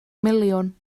miliwn